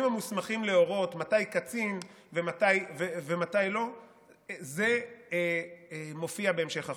המוסמכים להורות מתי קצין ומתי לא מופיעים בהמשך החוק.